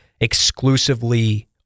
exclusively